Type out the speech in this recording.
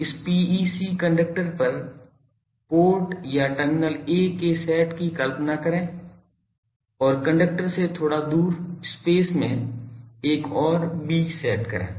इस PEC conductor पर port या टर्मिनल 'a' के सेट की कल्पना करें और कंडक्टर से थोड़ा दूर स्पेस में एक और 'b' सेट करें